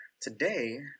today